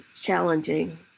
challenging